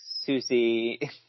Susie